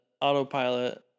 autopilot